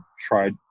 tried